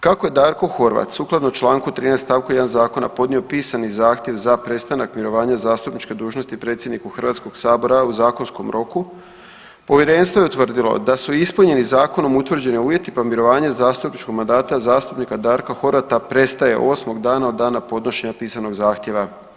Kako je Darko Horvat sukladno Članku 13. stavku 1. zakona podnio pisani zahtjev za prestanak mirovanja zastupničke dužnosti predsjedniku Hrvatskog sabora u zakonskom roku povjerenstvo je utvrdilo da su ispunjeni zakonom utvrđeni uvjeti pa mirovanje zastupničkog mandata zastupnika Darka Horvata prestaje 8 dana od dana podnošenja pisanog zahtjeva.